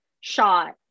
shot